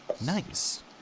Nice